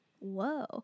whoa